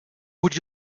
would